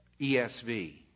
ESV